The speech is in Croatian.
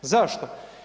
Zašto?